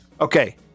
Okay